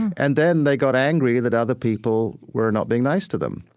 and then they got angry that other people were not being nice to them.